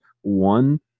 one